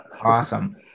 Awesome